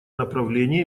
направление